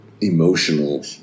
emotional